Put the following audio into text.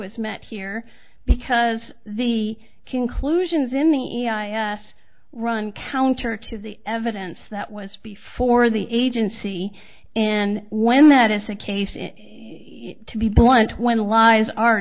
is met here because the conclusions in the us run counter to the evidence that was before the agency and when that is a case to be blunt when lies are